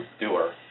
doer